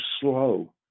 slow